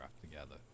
together